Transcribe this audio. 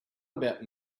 about